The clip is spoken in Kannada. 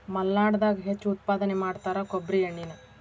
ಮಲ್ನಾಡದಾಗ ಹೆಚ್ಚು ಉತ್ಪಾದನೆ ಮಾಡತಾರ ಕೊಬ್ಬ್ರಿ ಎಣ್ಣಿನಾ